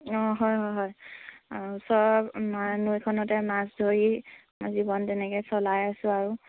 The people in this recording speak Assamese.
অঁ হয় হয় হয় অঁ ওচৰৰ ম নৈখনতে মাছ ধৰি জীৱন তেনেকৈ চলাই আছোঁ আৰু